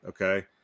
Okay